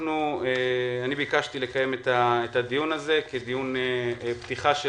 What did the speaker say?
ביקשתי לקיים את הדיון הזה כדיון פתיחה של